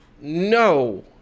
no